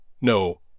no